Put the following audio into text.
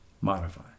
modify